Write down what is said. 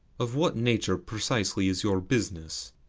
of what nature, precisely, is your business?